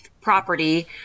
property